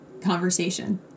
conversation